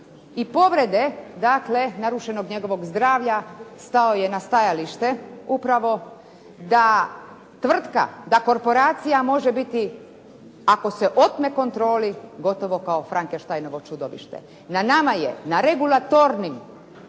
i povrede, dakle narušenog njegovog zdravlja stao je na stajalište upravo da tvrtka, da korporacija može biti ako se otme kontroli gotovo kao Frankensteinovo čudovište. Na nama je na regulatornim